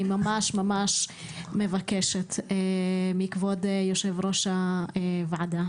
אני ממש ממש מבקשת מכבוד יושב ראש הוועדה,